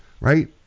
right